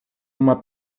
uma